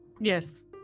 Yes